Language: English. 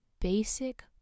basic